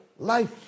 Life